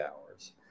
hours